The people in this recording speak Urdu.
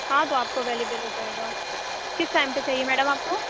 ہاں تو آپ کو اویلیبل ہو جائے گا کس ٹائم پہ چاہیے میڈیم آپ کو